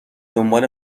دنبال